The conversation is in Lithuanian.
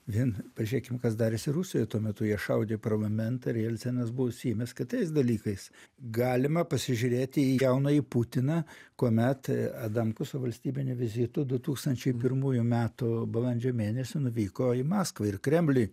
vien pažiūrėkim kas darėsi rusijoj tuo metu jie šaudė parlamentą ir jelcenas buvo užsiėmęs kitais dalykais galima pasižiūrėti į jaunąjį putiną kuomet adamkus su valstybiniu vizitu du tūkstančiai pirmųjų metų balandžio mėnesį nuvyko į maskvą ir kremliuj